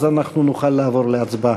אז אנחנו נוכל לעבור להצבעה.